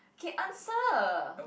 ok answer